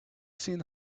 seen